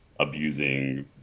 abusing